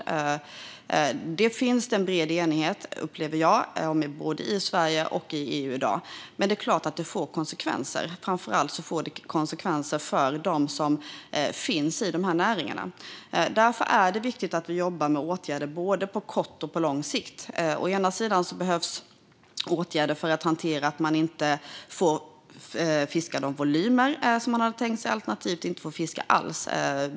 Jag upplever att det finns en bred enighet om detta i dag, både i Sverige och i EU. Men det får såklart konsekvenser, framför allt för dem som finns i näringarna. Det är därför viktigt att jobba med åtgärder på både kort och lång sikt. Det behövs åtgärder för att hantera att man inte får fiska de volymer som man hade tänkt alternativt inte får fiska alls.